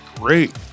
great